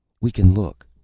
we can look,